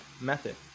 Method